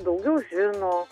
daugiau žino